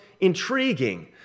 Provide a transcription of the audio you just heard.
intriguing